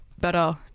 better